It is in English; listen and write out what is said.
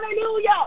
Hallelujah